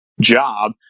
job